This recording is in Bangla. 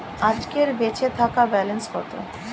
আজকের বেচে থাকা ব্যালেন্স কত?